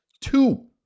two